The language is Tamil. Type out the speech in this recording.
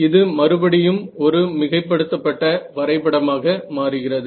இது மறுபடியும் ஒரு மிகைப்படுத்தப்பட்ட வரைபடமாக மாறுகிறது